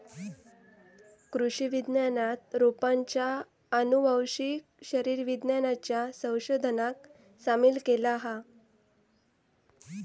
कृषि विज्ञानात रोपांच्या आनुवंशिक शरीर विज्ञानाच्या संशोधनाक सामील केला हा